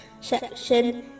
section